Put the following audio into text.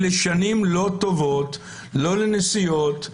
אלה שנים לא טובות לא לנסיעות,